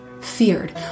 feared